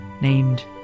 named